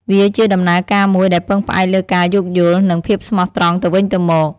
វាជាដំណើរការមួយដែលពឹងផ្អែកលើការយោគយល់ និងភាពស្មោះត្រង់ទៅវិញទៅមក។